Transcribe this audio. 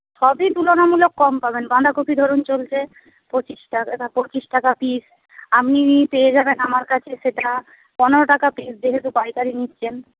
সবই তুলনামূলক কম পাবেন বাঁধাকপি ধরুন চলছে পঁচিশ টাকা না পঁচিশ টাকা পিস আপনি পেয়ে যাবেন আমার কাছে সেটা পনেরো টাকা পিস যেহেতু পাইকারি নিচ্ছেন